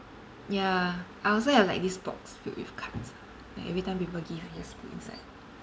ya I also have like this box filled with cards like every time people give I just put inside